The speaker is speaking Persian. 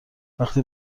وقتی